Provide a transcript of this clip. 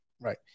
Right